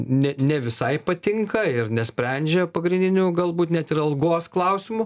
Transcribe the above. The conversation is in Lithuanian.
ne ne visai patinka ir nesprendžia pagrindinių galbūt net ir algos klausimų